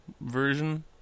version